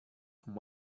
and